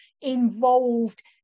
involved